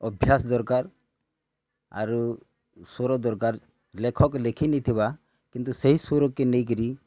ଅଭ୍ୟାସ୍ ଦରକାର୍ ଆରୁ ସ୍ୱର ଦରକାର୍ ଲେଖକ୍ ଲେଖି ନେଇଥିବା କିନ୍ତୁ ସେଇ ସୁରକେ ନେଇକରି